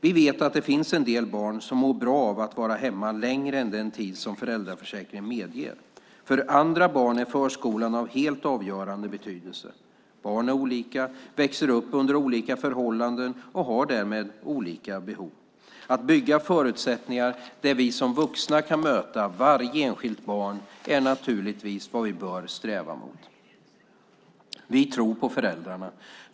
Vi vet att det finns en del barn som mår bra av att vara hemma längre än den tid som föräldraförsäkringen medger. För andra barn är förskolan av helt avgörande betydelse. Barn är olika, växer upp under olika förhållanden och har därför olika behov. Att bygga förutsättningar där vi som vuxna kan möta varje enskilt barn är naturligtvis vad vi bör sträva mot. Vi tror på föräldrarna.